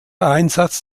einsatz